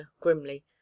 grimly